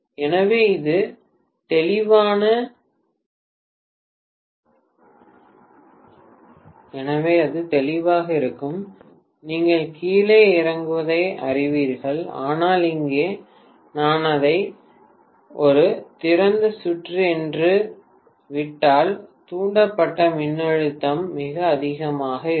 எனவே அது தெளிவாக இருக்கும் நீங்கள் கீழே இறங்குவதை அறிவீர்கள் ஆனால் இங்கே நான் அதை ஒரு திறந்த சுற்று என்று விட்டால் தூண்டப்பட்ட மின்னழுத்தம் மிக அதிகமாக இருக்கும்